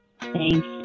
Thanks